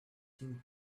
seem